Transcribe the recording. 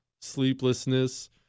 sleeplessness